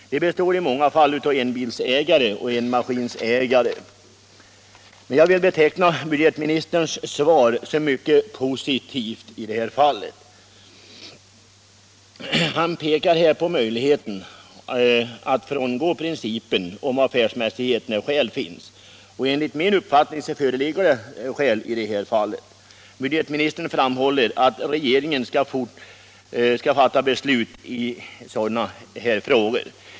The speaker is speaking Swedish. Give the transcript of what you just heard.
Den består i många fall av enbilsägare och enmaskinsägare. Jag vill beteckna budgetministerns svar som mycket positivt. Han visar på möjligheten att frångå principen om affärsmässighet när skäl finns. Enligt min uppfattning föreligger det skäl i detta fall. Budgetministern framhåller att regeringen skall fatta beslut i denna fråga.